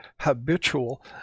habitual